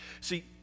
See